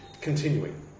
Continuing